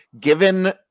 Given